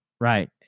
Right